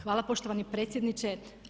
Hvala poštovani potpredsjedniče.